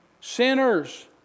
Sinners